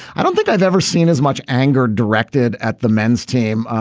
i don't think i've ever seen as much anger directed at the men's team.